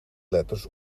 letters